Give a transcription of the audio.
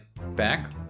back